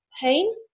pain